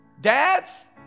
Dads